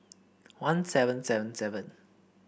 one seven seven seven